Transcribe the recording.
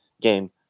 game